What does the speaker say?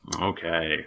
Okay